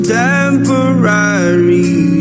temporary